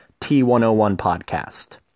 t101podcast